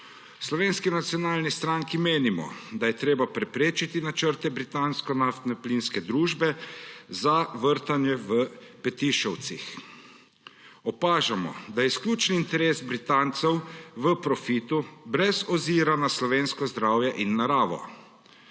Slovenski nacionalni stranki menimo, da je treba preprečiti načrte britansko naftno-plinske družbe za vrtanje v Petišovcih. Opažamo, da je izključni interes Britancev v profitu, brez ozira na slovensko zdravje in naravo.